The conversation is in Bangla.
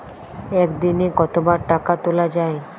একদিনে কতবার টাকা তোলা য়ায়?